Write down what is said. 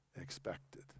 expected